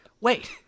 Wait